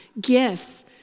gifts